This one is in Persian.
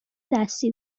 دستی